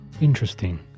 Interesting